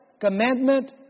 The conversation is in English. commandment